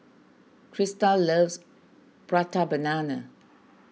Christa loves Prata Banana